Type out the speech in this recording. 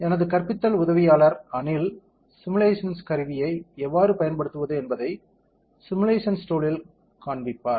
எனது கற்பித்தல் உதவியாளர் அனில் சிமுலேஷன்ஸ் கருவியை எவ்வாறு பயன்படுத்துவது என்பதை சிமுலேஷன்ஸ் டூலில் காண்பிப்பார்